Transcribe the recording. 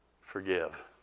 forgive